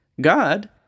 God